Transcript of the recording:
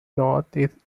north